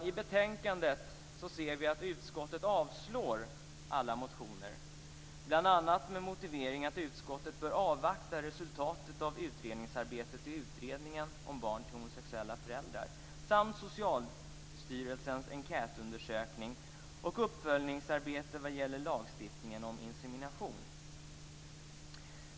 I betänkandet ser vi att utskottet avstyrker alla motioner, bl.a. med motiveringen att utskottet bör avvakta resultatet av arbetet i utredningen om barn till homosexuella föräldrar samt Socialstyrelsens enkätundersökning och uppföljningsarbete vad gäller lagstiftningen om insemination.